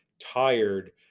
tired